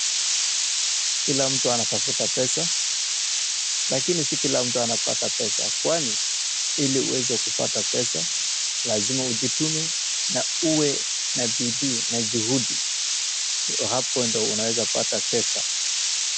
Kila mtu anatafuta pesa lakini si kila mtu anapata pesa kwani ili uweze kupata pesa lazima ujitume na uwe na bidii na juhudi hapo ndio unaweza pata pesa.